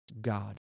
God